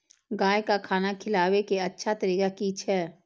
गाय का खाना खिलाबे के अच्छा तरीका की छे?